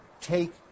take